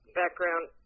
background